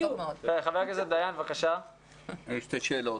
שתי שאלות.